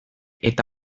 eta